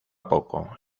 poco